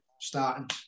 starting